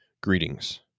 Greetings